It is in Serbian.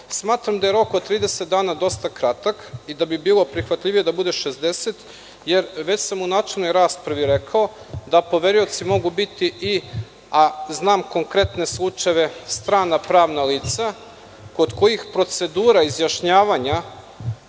Smatram da je rok od 30 dana dosta kratak i da bi bilo prihvatljivije da bude 60, jer već sam u načelnoj raspravi rekao da poverioci mogu biti, a znam konkretne slučajeve, strana pravna lica kod kojih procedura izjašnjavanja